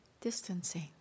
distancing